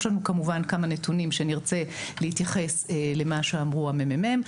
יש לנו כמובן כמה נתונים שנרצה להתייחס למה שאמרו הממ"מ,